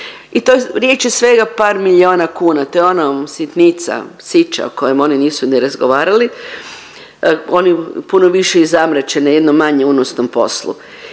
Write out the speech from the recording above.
I to riječ je o svega o par miliona kuna, to je ono sitnica, sića o kojoj oni nisu ni razgovarali. Oni puno više i zamrače na jednom manje unosnom poslu.